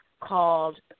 Called